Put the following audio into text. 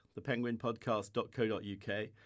thepenguinpodcast.co.uk